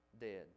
Dead